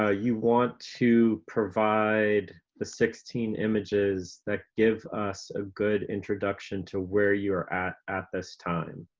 ah you want to provide the sixteen images that give us a good introduction to where you're at at this time.